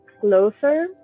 closer